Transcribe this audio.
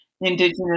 indigenous